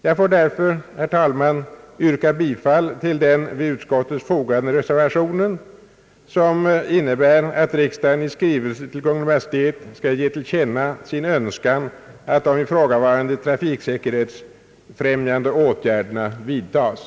Jag får därför, herr talman, yrka bifall till den vid utskottets utlåtande fogade reservationen, vilken innebär att riksdagen i skrivelse till Kungl. Maj:t skall ge till känna sin önskan att de ifrågavarande trafiksäkerhetsfrämjande åtgärderna vidtas.